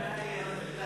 גנאים.